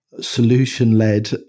Solution-led